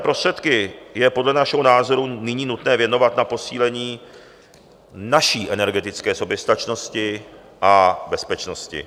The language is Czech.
Stamiliardové prostředky je podle našeho názoru nyní nutné věnovat na posílení naší energetické soběstačnosti a bezpečnosti.